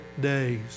days